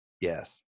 Yes